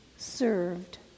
Served